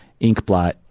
inkblot